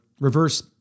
reverse